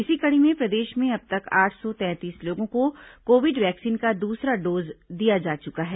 इसी कड़ी में प्रदेश में अब तक आठ सौ तैंतीस लोगों को कोविड वैक्सीन का दूसरा डोज दिया जा चुका है